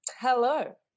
Hello